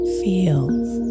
feels